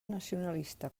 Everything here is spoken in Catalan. nacionalista